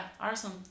awesome